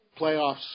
playoffs